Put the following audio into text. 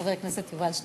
חבר הכנסת יובל שטייניץ,